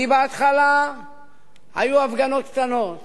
כי בהתחלה היו הפגנות קטנות